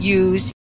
use